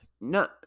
No